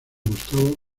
gustavo